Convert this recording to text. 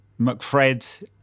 McFred